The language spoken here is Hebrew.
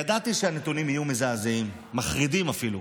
ידעתי שהנתונים יהיו מזעזעים, מחרידים, אפילו.